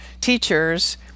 teachers